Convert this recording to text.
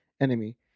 enemy